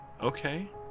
Okay